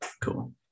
cool